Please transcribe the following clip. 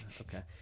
Okay